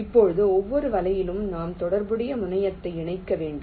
இப்போது ஒவ்வொரு வலையிலும் நாம் தொடர்புடைய முனையத்தை இணைக்க வேண்டும்